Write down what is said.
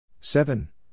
seven